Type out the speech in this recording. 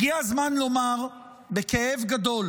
הגיע הזמן לומר בכאב גדול